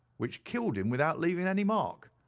which killed him without leaving any mark.